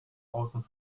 außen